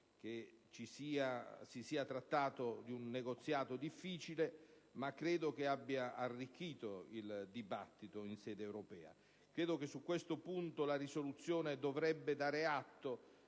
che si sia trattato di un negoziato difficile, ma ha arricchito il dibattito in sede europea. Su questo punto, la risoluzione dovrebbe dare atto